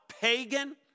pagan